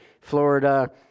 Florida